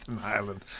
Ireland